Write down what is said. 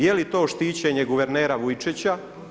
Je li to štićenje guvernera Vujčića?